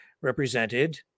represented